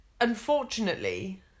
unfortunately